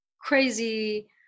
crazy